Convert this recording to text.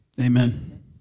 Amen